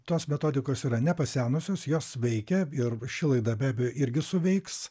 tos metodikos yra nepasenusios jos veikia ir ši laida be abejo irgi suveiks